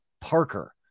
Parker